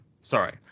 Sorry